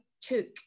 took